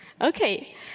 okay